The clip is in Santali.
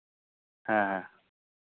ᱦᱮᱸ ᱦᱮᱸ